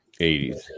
80s